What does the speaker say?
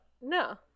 No